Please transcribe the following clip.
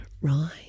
Right